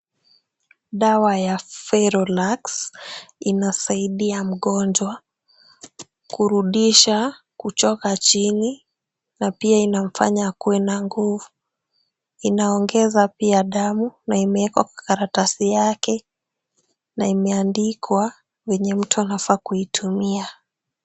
Dawa ya Ferolax inasaidia mgonjwa kurudisha, kuchoka chini na pia inamfanya akuwe na nguvu. Inaongeza pia damu na imeekwa kwa karatasi yake na imeandikwa venye mtu anafaa kuitumia.